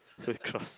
cross